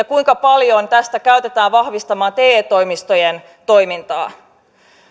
kuinka paljon tästä käytetään vahvistamaan te toimistojen toimintaa